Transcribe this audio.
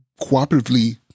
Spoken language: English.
cooperatively